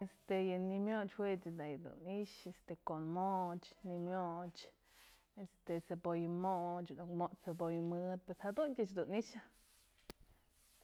Este yë ni'iy myoch juech da yu dun ni'ixë, ko'onmoch, ni'iy myoch, este cebolla moch, nuk mot'spë cebolla mëd, pues jaduntyë dun i'ixë.